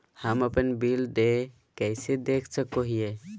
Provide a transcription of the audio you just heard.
हम अपन बिल देय कैसे देख सको हियै?